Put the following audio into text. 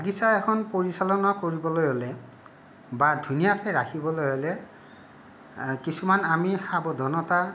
বাগিচা এখন পৰিচালনা কৰিবলৈ হ'লে বা ধুনীয়াকৈ ৰাখিবলৈ হ'লে কিছুমান আমি সাৱধানতা